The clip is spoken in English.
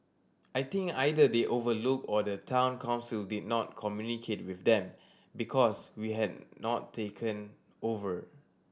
I think either they overlooked or the Town Council did not communicate with them because we had not taken over